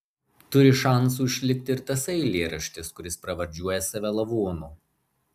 turi šansų išlikti ir tasai eilėraštis kuris pravardžiuoja save lavonu